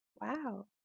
Wow